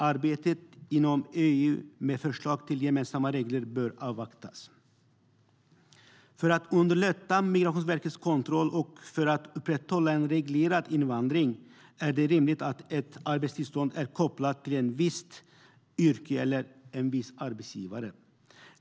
Arbetet med förslag till gemensamma regler inom EU bör avvaktas. För att underlätta Migrationsverkets kontroll och för att upprätthålla en reglerad invandring är det rimligt att ett arbetstillstånd är kopplat till ett visst yrke eller en viss arbetsgivare.